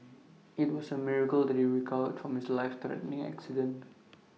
IT was A miracle that he recovered from his life threatening accident